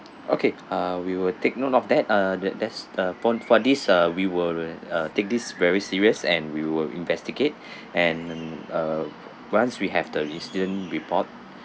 okay uh we will take note of that uh that there's the for for this uh we will uh take this very serious and we will investigate and uh once we have the incident report